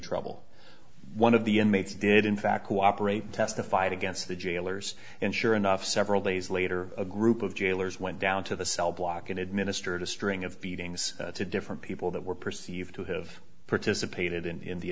trouble one of the inmates did in fact cooperate testified against the jailers and sure enough several days later a group of jailers went down to the cell block and administered a string of beatings to different people that were perceived to have participated in